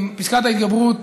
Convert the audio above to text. פסקת ההתגברות